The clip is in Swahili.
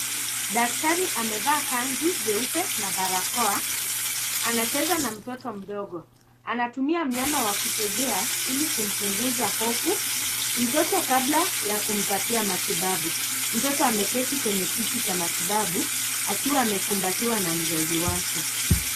Daktari amevaa kanzu jeupe na anazungumza na mtoto mdogo. Anatumia myama wa kuchezea ili kumpunguza hofu mtoto kabla ya kumpatia matibabu. Mtoto ameketi kwenye kiti cha matibabu akiwa amekimbatiwa na mzazi wake